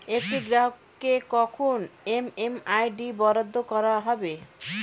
একটি গ্রাহককে কখন এম.এম.আই.ডি বরাদ্দ করা হবে?